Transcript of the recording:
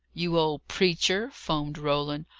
you old preacher! foamed roland.